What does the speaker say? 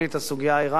הסוגיה האירנית,